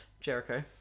Jericho